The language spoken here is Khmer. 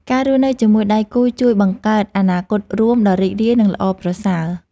ការរស់នៅជាមួយដៃគូជួយបង្កើតអនាគតរួមដ៏រីករាយ និងល្អប្រសើរ។